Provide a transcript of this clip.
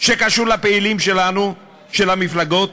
שקשור לפעילים שלנו, של המפלגות,